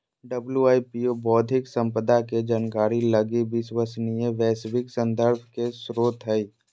WIPO बौद्धिक संपदा के जानकारी लगी विश्वसनीय वैश्विक संदर्भ के स्रोत हइ